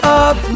up